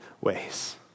ways